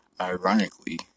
ironically